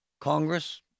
Congress